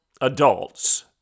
Adults